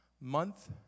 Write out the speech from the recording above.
month